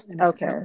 Okay